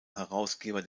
herausgeber